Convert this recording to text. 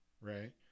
right